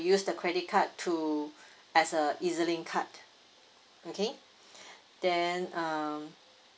use the credit card to as a E_Z link card okay then um